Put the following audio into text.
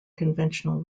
conventional